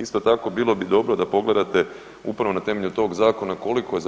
Isto tako bilo bi dobro da pogledate upravo na temelju tog zakona koliko je